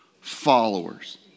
followers